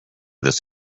this